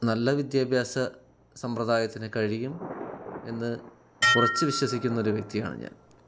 നല്ല വിദ്യാഭ്യാസ സമ്പ്രദായത്തിന് കഴിയും എന്ന് ഉറച്ചു വിശ്വസിക്കുന്ന ഒരു വ്യക്തിയാണ് ഞാൻ